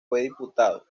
diputado